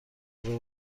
داره